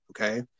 Okay